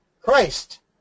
Christ